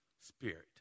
spirit